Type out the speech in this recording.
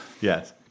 Yes